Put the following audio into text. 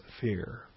fear